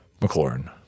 McLaurin